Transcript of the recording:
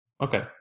Okay